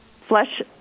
flesh